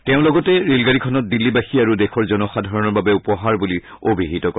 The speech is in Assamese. তেওঁ লগতে ৰেলগাড়ীখনত দিল্লীবাসী আৰু দেশৰ জনসাধাৰণৰ বাবে উপহাৰ বুলি অভিহিত কৰে